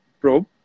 probe